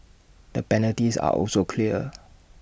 the penalties are also clear